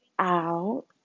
out